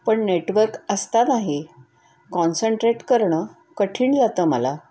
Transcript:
पण नेटवर्क असतानाही कॉन्सन्ट्रेट करणं कठीण जातं मला